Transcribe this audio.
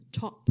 top